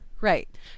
Right